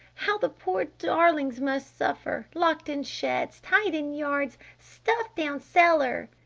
how the poor darlings must suffer! locked in sheds! tied in yards! stuffed down cellar!